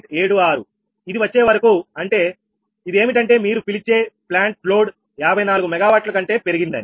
76 ఇది వచ్చే వరకూ అంటే ఇది ఏమిటంటే మీరు పిలిచే ప్లాంట్ లోడ్ 54 MW కంటే పెరిగిందని